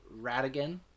Radigan